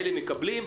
אלה מקבלים,